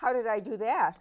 how did i do that